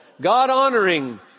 God-honoring